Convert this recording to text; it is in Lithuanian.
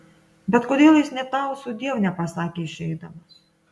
bet kodėl jis nė tau sudiev nepasakė išeidamas